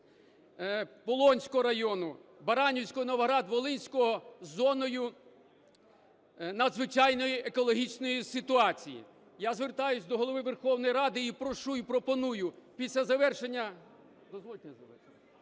Полонського району, Баранівського, Новоград-Волинського зоною надзвичайної екологічної ситуації. Я звертаюсь до Голови Верховної Ради і прошу, і пропоную після завершення…